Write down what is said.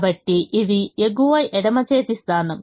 కాబట్టి ఇది ఎగువ ఎడమ చేతి స్థానం